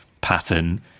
pattern